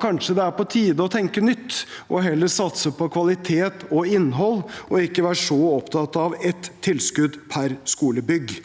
Kanskje er det på tide å tenke nytt og heller satse på kvalitet og innhold og ikke være så opptatt av ett tilskudd per skolebygg.